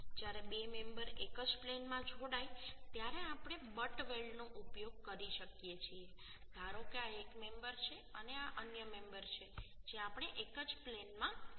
જ્યારે 2 મેમ્બર એક જ પ્લેનમાં જોડાય ત્યારે આપણે બટ્ટ વેલ્ડનો ઉપયોગ કરી શકીએ છીએ ધારો કે આ એક મેમ્બર છે અને આ અન્ય મેમ્બર છે જે આપણે એક જ પ્લેનમાં જોડાઈશું